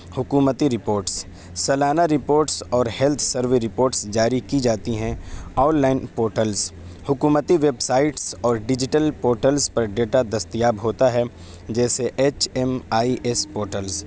حکومتی رپورٹس سالانہ رپورٹس اور ہیلتھ سروے رپورٹس جاری کی جاتی ہیں آن لائن پورٹلس حکومتی ویبسائٹس اور ڈیجیٹل پورٹلس پر ڈیٹا دستیاب ہوتا ہے جیسے H M I S portals